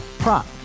prop